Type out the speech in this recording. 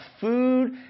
food